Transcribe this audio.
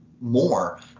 more